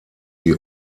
die